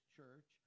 Church